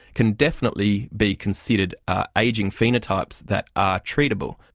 can definitely be considered ah ageing phenotypes that are treatable,